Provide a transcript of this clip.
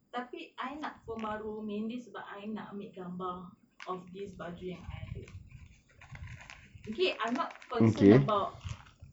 tapi I nak phone baru mainly sebab I nak ambil gambar of this baju yang I ada okay I'm not concerned about